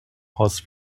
horse